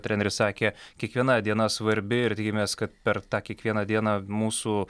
treneris sakė kiekviena diena svarbi ir tikimės kad per tą kiekvieną dieną mūsų